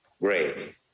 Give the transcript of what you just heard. great